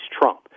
Trump